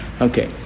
Okay